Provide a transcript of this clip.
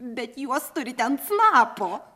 bet juos turite ant snapo